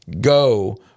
go